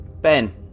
Ben